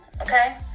Okay